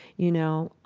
you know,